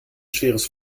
schweres